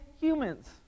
humans